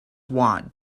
watt